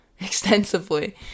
extensively